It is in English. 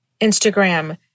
Instagram